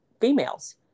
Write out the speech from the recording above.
females